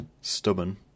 stubborn